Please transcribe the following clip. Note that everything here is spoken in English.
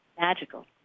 magical